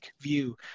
view